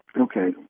Okay